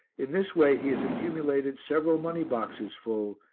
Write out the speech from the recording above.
in this way he has accumulated several money-boxes full,